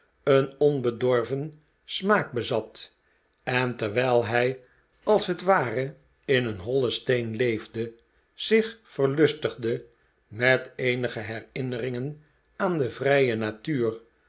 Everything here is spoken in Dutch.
een onbedorven smaak bezat en terwijl hij als het ware in een hollen steen leeide zich verlustigde met eenige herinneringen aan de vrije natuur